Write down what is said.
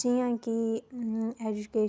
तां गै अच्छियां लगदियां न कि